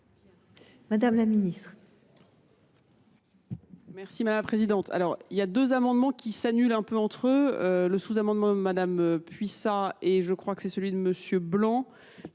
Mme la ministre.